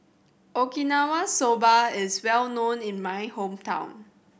Okinawa Soba is well known in my hometown